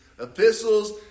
epistles